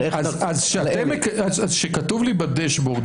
אז כשכתוב לי בדשבורד,